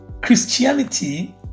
Christianity